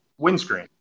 windscreen